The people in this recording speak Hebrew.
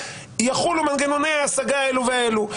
יחולו מנגנוני ההשגה האלה והאלה,